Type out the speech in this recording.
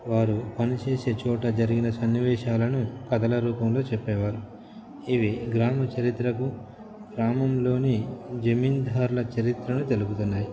వారు పనిచేసే చోట జరిగిన సన్నివేశాలను కథల రూపంలో చెప్పేవారు ఇవి గ్రామ చరిత్రకు గ్రామంలోని జమీందారుల చరిత్రను తెలుపుతున్నాయి